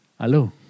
Hello